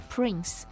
Prince